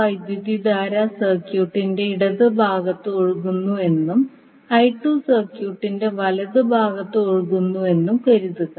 വൈദ്യുതധാര സർക്യൂട്ടിന്റെ ഇടത് ഭാഗത്ത് ഒഴുകുന്നുവെന്നും സർക്യൂട്ടിന്റെ വലതുഭാഗത്ത് ഒഴുകുന്നുവെന്നും കരുതുക